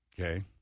Okay